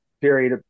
period